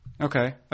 Okay